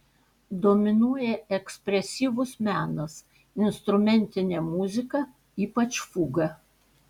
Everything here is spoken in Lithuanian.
dominuoja ekspresyvus menas instrumentinė muzika ypač fuga